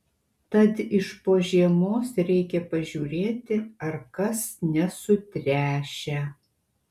tad iš po žiemos reikia pažiūrėti ar kas nesutręšę